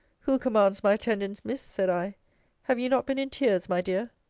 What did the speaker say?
who commands my attendance, miss? said i have you not been in tears, my dear?